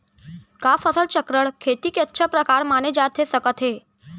का फसल चक्रण, खेती के अच्छा प्रकार माने जाथे सकत हे?